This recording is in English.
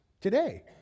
today